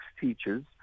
teachers